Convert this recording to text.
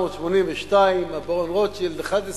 1882, הברון רוטשילד, 11